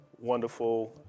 wonderful